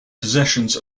possessions